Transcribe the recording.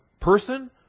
person